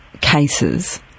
cases